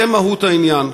זו מהות העניין.